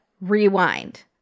rewind